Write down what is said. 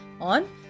on